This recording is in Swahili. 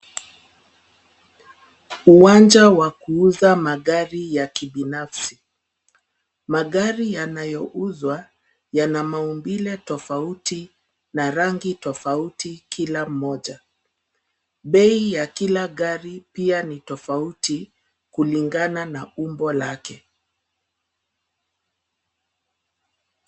Uwanja wa kuuza magari ya kibinafsi. Magari yanayouzwa yana maumbile tofauti na rangi tofauti kila moja. Bei ya kila gari pia ni tofauti kulingana na umbo lake.